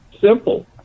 simple